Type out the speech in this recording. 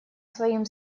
своим